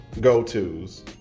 go-to's